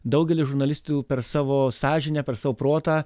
daugelis žurnalistų per savo sąžinę per savo protą